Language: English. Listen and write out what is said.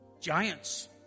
Giants